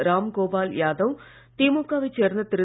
ராம்கோபால் யாதவ் திமுக வைச் சேர்ந்த திரு